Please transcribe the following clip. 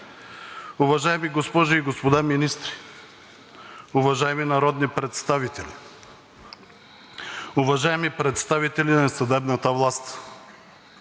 уважаеми госпожи и господа министри, уважаеми народни представители, уважаеми представители на съдебната власт,